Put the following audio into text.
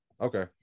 okay